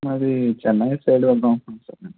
మరి చెన్నై సైడ్ వెళదాం అనుకుంటున్నా సార్